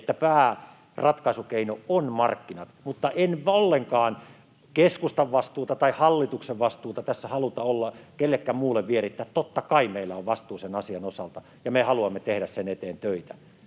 että pääratkaisukeino ovat markkinat. Mutta en ollenkaan keskustan vastuuta tai hallituksen vastuuta tässä halua kenellekään muulle vierittää, totta kai meillä on vastuu sen asian osalta, ja me haluamme tehdä sen eteen töitä,